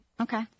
Okay